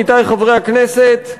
עמיתי חברי הכנסת,